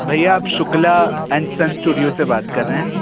भेीया आप Shukla and sons studio से बात कर रहे हैं